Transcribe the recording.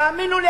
תאמינו לי,